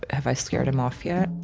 have i scared him off yet?